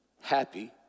happy